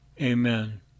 Amen